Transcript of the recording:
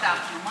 מה הבטחנו?